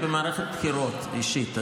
היא במערכת בחירות אישית,